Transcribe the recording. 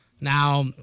Now